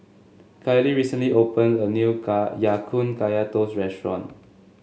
Kellie recently opened a new Ya Kun Kaya Toast restaurant